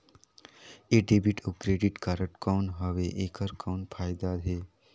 ये डेबिट अउ credit card कौन हवे एकर कौन फाइदा हे?